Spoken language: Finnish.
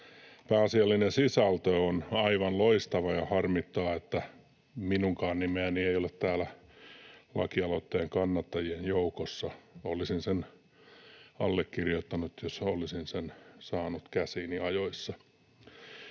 pääasiallinen sisältö on aivan loistava. Harmittaa, että minunkaan nimeäni ei ole täällä lakialoitteen kannattajien joukossa. Olisin sen allekirjoittanut, jos olisin sen saanut käsiini ajoissa.